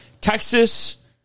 Texas